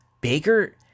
Baker